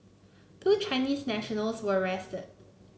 two Chinese nationals were arrested